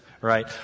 right